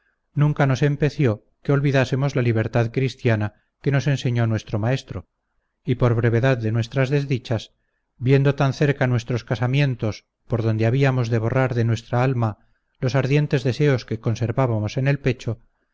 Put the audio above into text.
nunca nos empeció que olvidásemos la libertad cristiana que nos enseñó nuestro maestro y por brevedad de nuestras desdichas viendo tan cerca nuestros casamientos por donde habíamos de borrar de nuestra alma los ardientes deseos que conservábamos en el pecho